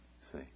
See